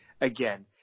Again